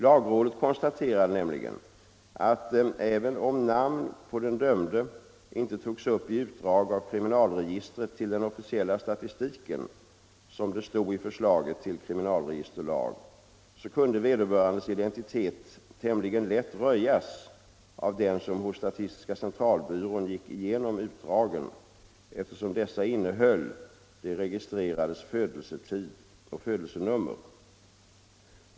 Lagrådet konstaterade nämligen att även om namn på den dömde inte togs upp i utdrag av kriminalregistret till den officiella statistiken — som det stod i förslaget till kriminalregisterlag — så kunde vederbörandes identitet tämligen lätt röjas av den som hos SCB gick igenom utdragen, eftersom dessa innehöll de registrerades födelsetid och födelsenummer.